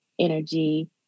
Energy